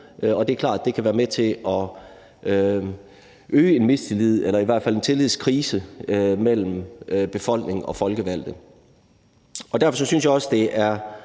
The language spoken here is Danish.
i hvert fald skabe en tillidskrise mellem befolkningen og folkevalgte. Derfor synes jeg også,